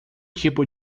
tipo